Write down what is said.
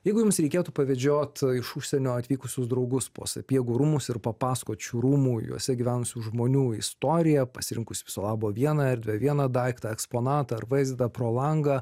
jeigu jums reikėtų pavedžiot iš užsienio atvykusius draugus po sapiegų rūmus ir papasakot šių rūmų juose gyvenusių žmonių istoriją pasirinkus viso labo vieną erdvę vieną daiktą eksponatą ar vaizdą pro langą